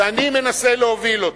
שאני מנסה להוביל אותה.